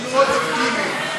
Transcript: היחידי.